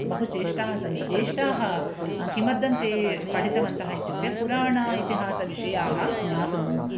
बहवः ज्येष्ठाः सन्ति ज्येष्ठाः किमर्थं ते पठितवन्तः इत्युक्ते पुराणेतिहासविषयाः ज्ञातुम्